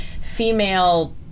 female